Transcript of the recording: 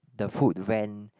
the food van